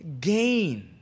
gain